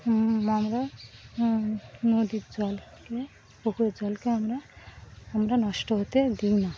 আমরা নদীর জলকে পুকুরের জলকে আমরা আমরা নষ্ট হতে দিই না